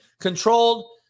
controlled